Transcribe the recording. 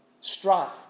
Strife